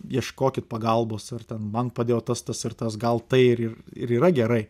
ieškokit pagalbos ar ten man padėjo tas tas ir tas gal tai ir ir yra gerai